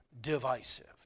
divisive